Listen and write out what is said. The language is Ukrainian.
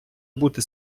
бути